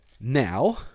now